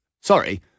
Sorry